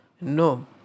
No